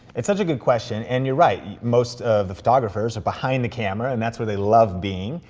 it's such a good question, and you're right, most of the photographers are behind the camera and that's where they love being.